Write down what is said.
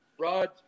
Rod